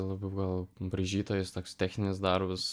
labiau gal braižytojas toks techninis darbas